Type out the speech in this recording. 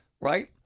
Right